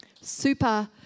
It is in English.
super